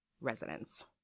residents